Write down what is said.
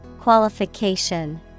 Qualification